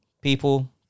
People